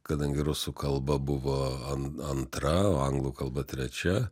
kadangi rusų kalba buvo an antra o anglų kalba trečia